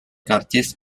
karcis